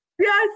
Yes